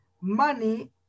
money